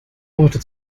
leute